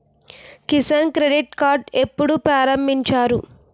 Kisan credit card ఎప్పుడు ప్రారంభించారు?